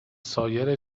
سایر